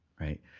right